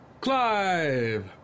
Clive